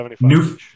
new